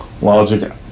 Logic